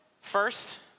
First